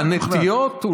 הנטיעות,